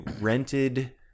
rented